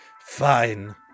Fine